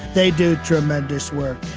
they do tremendous work.